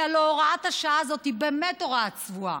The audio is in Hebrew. כי הלוא הוראת השעה הזאת היא באמת הוראה צבועה.